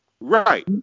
Right